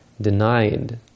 denied